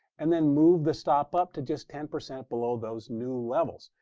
and then move the stop up to just ten percent below those new levels.